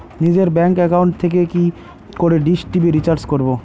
নিজের bank account থেকে কি করে ডিশ টি.ভি রিচার্জ করবো?